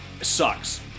sucks